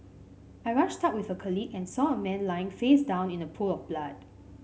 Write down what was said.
I rushed out with a colleague and saw a man lying face down in a pool of blood